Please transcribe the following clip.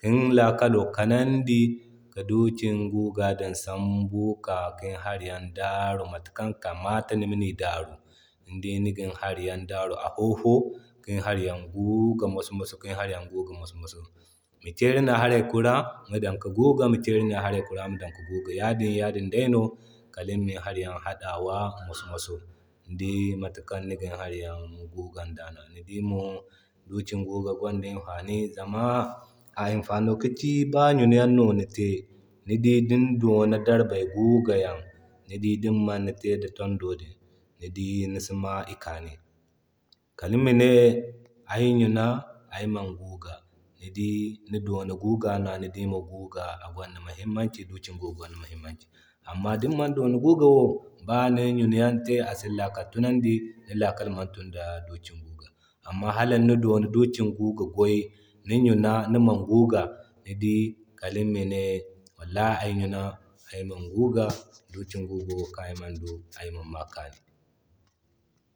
kin laakal kanandi ki duukan guga din sambu kika kin hari yan daaru matakan kamata nimani daaru. Ni dii nigin hari yaŋ daaru a fo fo kin hari yaŋ guuga maso-maso kin hari yaŋ guuga maso-maso, ni te ni nan haray kura ni dan ki guuga ni te ni ne haray kura ni dan ki guuga, yadin yadin day no kal nimin hari yaŋ hadawa maso maso. Ni dii matakan nigin hari yaŋ guuga da nwa. Ni dii mo duken guuga gwanda imfani zama a imfani kaci ba ɲunayaŋ no nite ni dii din dooni darbay guuga yaŋo ni di din manni te da tondo din ni dii nisima i kaani. Kal mi ne ay ɲuna ayman guuga, ni dii ni dooni guuga nwa, ni dii mo guuga gwanda muhimmanci duken guuga gwanda muhimmanci. Amma din man dooni guuga wo bani nin ɲunayan te asin lakkal tunandi ni lakal man tun ŋda guugan duke. Amma hal ni dooni duken guuga goy ni ɲuna niman guuga ni dii kan nima ne wallahi ay ɲuna ayman guuga, duken guuga wo kan ayman du ayman ma a kaani.